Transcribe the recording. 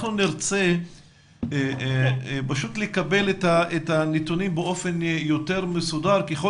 אנחנו נרצה פשוט לקבל את הנתונים באופן יותר מסודר ככל